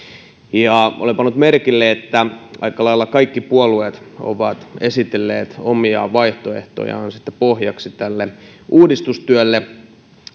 olen pannut merkille että aika lailla kaikki puolueet ovat esitelleet omia vaihtoehtojaan pohjaksi tälle uudistustyölle